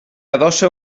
adossa